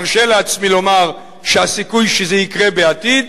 ארשה לעצמי לומר שהסיכוי שזה יקרה בעתיד,